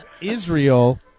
Israel